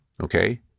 okay